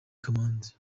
kamanzi